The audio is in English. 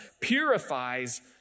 purifies